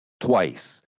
twice